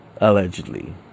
Allegedly